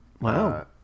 Wow